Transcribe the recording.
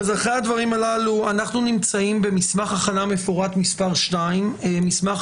אנחנו נמצאים במסמך הכנה מפורט מס' 2. מסמך